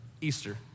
Easter